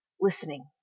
listening